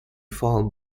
fall